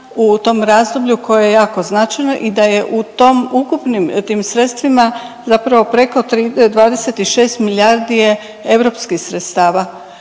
u tom razdoblju koje je jako značajno i da je u tom, ukupnim tim sredstvima zapravo preko 26 milijardi je europskih sredstava,